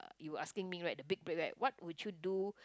you asking me right the big right what would you do